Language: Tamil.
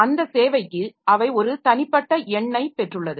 அந்த சேவைக்கு அவை ஒரு தனிப்பட்ட எண்ணைப் பெற்றுள்ளது